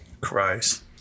Christ